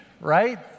right